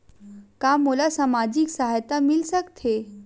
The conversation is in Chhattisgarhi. का मोला सामाजिक सहायता मिल सकथे?